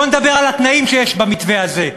בוא נדבר על התנאים שיש במתווה הזה.